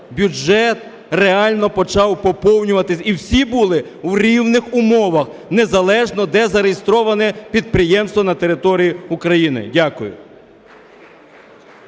бюджет реально почав поповнюватися і всі були в рівних умовах, незалежно де зареєстроване підприємство на території України. Дякую.